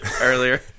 earlier